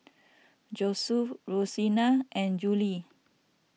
Josue Rosina and Jolie